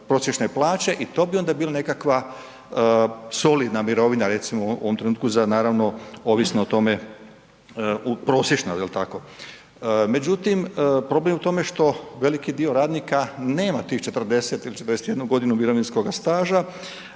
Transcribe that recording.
i to bi onda bila nekakva solidna mirovina recimo u ovom trenutku za naravno, ovisno o tome, prosječno je li tako? Međutim, problem je u tome što veliki dio radnika nema tih 40 ili 41 godinu mirovinskoga staža.